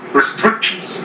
restrictions